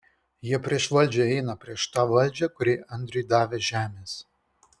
jie prieš valdžią eina prieš tą valdžią kuri andriui davė žemės